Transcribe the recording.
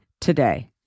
today